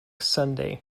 sunday